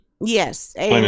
Yes